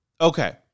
Okay